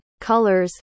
colors